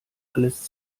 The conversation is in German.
alles